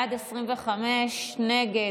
בעד, 25, נגד,